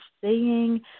seeing